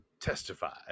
testify